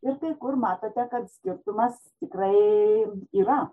ir tai kur matote kad skirtumas tikrai yra